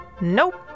Nope